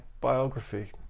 biography